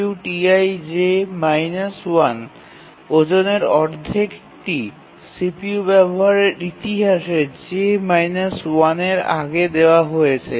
CPU Ti j−1 ওজনের অর্ধেকটি CPU ব্যবহারের ইতিহাসে j−1 এর আগে দেওয়া হয়েছে